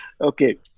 Okay